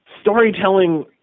storytelling